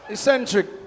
Eccentric